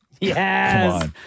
yes